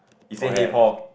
he say hey Paul